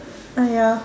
ah ya